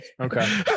okay